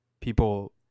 people